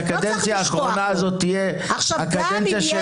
שהקדנציה האחרונה הזאת תהיה הקדנציה של